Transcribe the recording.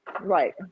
Right